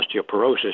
osteoporosis